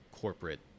corporate